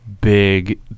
big